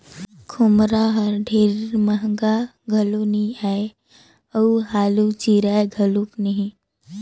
खोम्हरा हर ढेर महगा घलो नी आए अउ हालु चिराए घलो नही